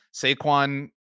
saquon